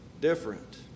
different